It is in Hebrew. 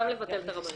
גם לבטל את הרבנות.